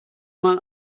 man